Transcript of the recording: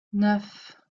neuf